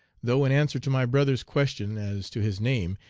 though in answer to my brother's question as to his name,